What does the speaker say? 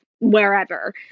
wherever